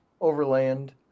Overland